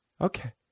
Okay